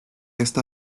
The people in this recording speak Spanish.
esta